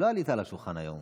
לא עלית על השולחן היום.